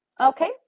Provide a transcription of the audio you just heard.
Okay